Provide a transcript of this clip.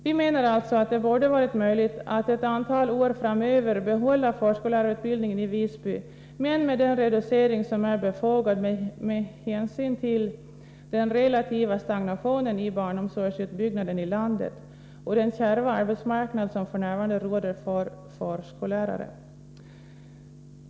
Vi menar alltså att det borde vara möjligt att under ett antal år framöver behålla förskollärarutbildningen i Visby, dock med den reducering som är befogad med hänsyn till den relativa stagnationen i utbyggnaden av barnomsorgen här i landet och till arbetsmarknaden för förskollärare, vilken f.n. är kärv.